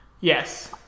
Yes